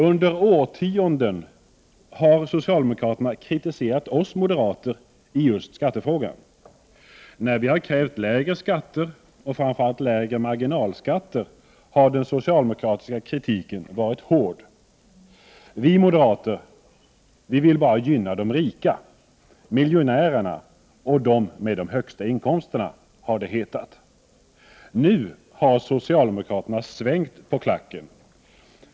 Under årtionden har socialdemokraterna kritiserat oss moderater i just skattefrågan. När vi har krävt lägre skatter, och framför allt lägre marginalskatter, har den socialdemokratiska kritiken varit hård. Vi moderater vill bara gynna de rika, miljonärerna och de med de högsta inkomsterna, har det hetat. Nu har socialdemokraterna svängt på klacken.